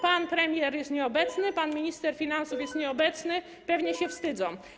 Pan premier jest nieobecny, pan minister finansów jest nieobecny, pewnie się wstydzą.